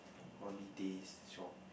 holidays shop